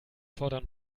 fordern